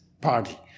party